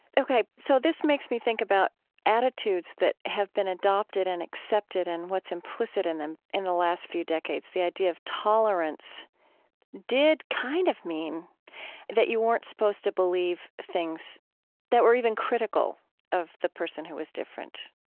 ok. so this makes me think about attitudes that have been adopted and accepted and what's implicit in them in the last few decades. the idea of tolerance did kind of mean that you weren't supposed to believe things that were even critical of the person who was different.